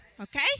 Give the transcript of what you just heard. Okay